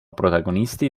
protagonisti